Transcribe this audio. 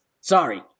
Sorry